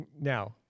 Now